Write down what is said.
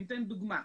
אני אתן דוגמה,